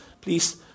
Please